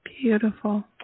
Beautiful